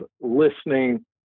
listening